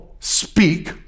speak